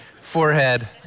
forehead